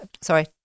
sorry